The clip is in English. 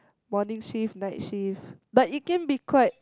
morning shift night shift but it can be quite